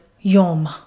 yom